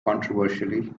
controversially